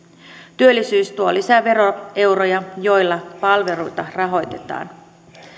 työllisyys tuo lisää veroeuroja joilla palveluita rahoitetaan